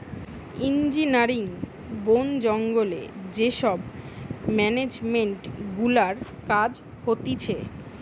engineering, বোন জঙ্গলে যে সব মেনেজমেন্ট গুলার কাজ হতিছে